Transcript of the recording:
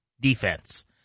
defense